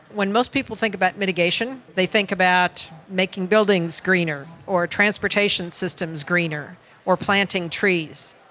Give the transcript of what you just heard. when most people think about mitigation, they think about making buildings greener or transportation systems greener or planting trees,